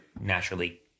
naturally